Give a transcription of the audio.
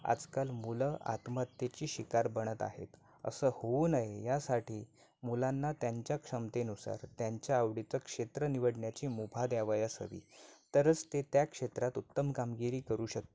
आजकाल मुलं आत्महत्येची शिकार बनत आहेत असं होऊ नये यासाठी मुलांना त्यांच्या क्षमतेनुसार त्यांच्या आवडीचं क्षेत्र निवडण्याची मुभा द्यावयास हवी तरच ते त्या क्षेत्रात उत्तम कामगिरी करू शकतील